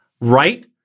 right